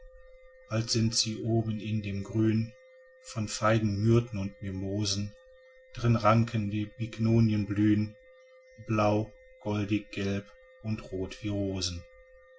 bald sind sie oben in dem grün von feigen myrten und mimosen drin rankende bignonien blühn blau goldig gelb und roth